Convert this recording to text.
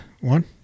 one